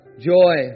joy